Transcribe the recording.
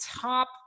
top